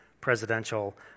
presidential